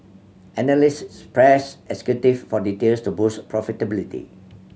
analysts pressed executive for details to boost profitability